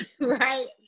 right